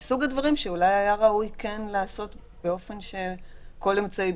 המיקום שלו ושיתוף של המיקום באותו רגע נתון.